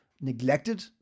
neglected